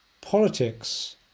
politics